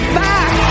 back